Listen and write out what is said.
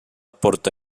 porto